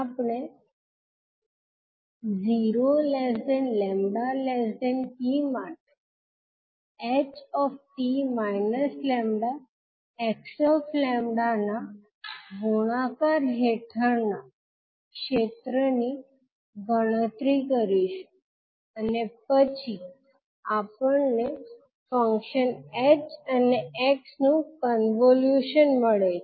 આપણે 0 𝜆 𝑡 માટે ℎ 𝑡 𝜆 𝑥 𝜆 ના ગુણાકાર હેઠળના ક્ષેત્રની ગણતરી કરીશું અને પછી આપણને ફંક્શન ℎ અને 𝑥 નું કોન્વોલ્યુશન મળે છે